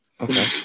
Okay